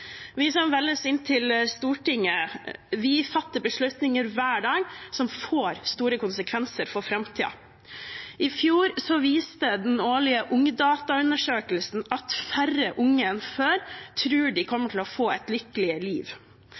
Vi som velges inn til Stortinget, fatter beslutninger hver dag som får store konsekvenser for framtiden. I fjor viste den årlige Ungdata-undersøkelsen at færre unge enn før tror de kommer til å få et lykkelig liv.